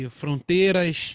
fronteiras